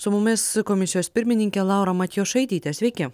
su mumis komisijos pirmininkė laura matjošaitytė sveiki